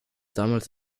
damals